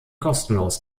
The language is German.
kostenlos